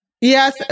yes